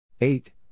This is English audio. eight